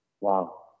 Wow